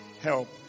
Help